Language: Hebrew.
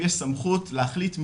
אם יש סמכות להחליט,